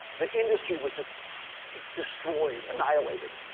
the industry was just destroyed, annihilated.